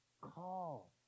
call